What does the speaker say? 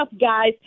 guys